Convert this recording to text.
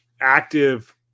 active